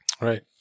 Right